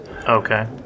Okay